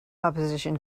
opposition